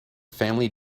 family